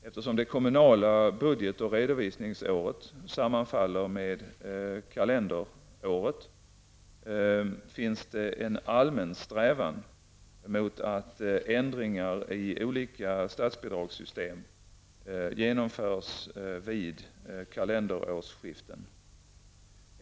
Eftersom det kommunala budget och redovisningsåret sammanfaller med kalenderåret, finns det en allmän strävan mot att ändringar i olika statsbidragssystem genomförs vid kalenderårsskiften.